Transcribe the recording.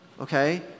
okay